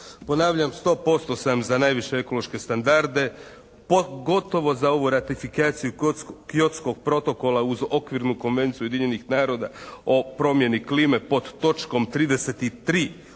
Ponavljam, sto posto sam za najviše ekološke standarde pogotovo za ovu ratifikaciju Kyotskog protokola uz Okvirnu konvenciju Ujedinjenih naroda o promjeni klime pod točkom 33.